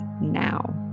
now